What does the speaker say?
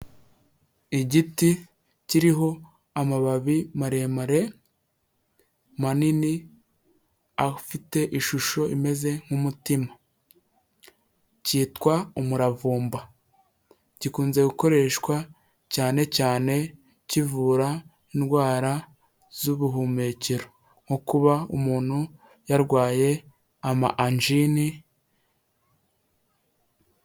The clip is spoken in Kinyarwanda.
Igiti kiriho amababi maremare manini afite ishusho imeze nk'umutima cyitwa umuravumba, gikunze gukoreshwa cyane cyane kivura indwara z'ubuhumekero, nko kuba umuntu yarwaye ama anjine.